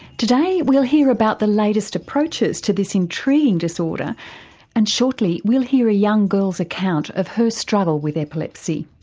today we'll hear about the latest approaches to this intriguing disorder and shortly we'll hear a young girl's account of her struggle with epilepsy.